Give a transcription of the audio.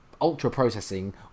ultra-processing